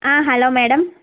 hello madam